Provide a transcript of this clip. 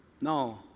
No